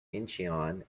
incheon